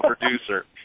producer